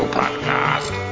podcast